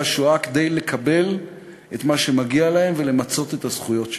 השואה כדי לקבל את מה שמגיע להם ולמצות את הזכויות שלהם.